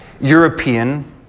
European